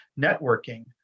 networking